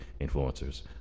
influencers